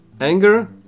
anger